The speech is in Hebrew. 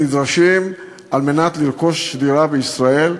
נדרשות על מנת לרכוש דירה בישראל,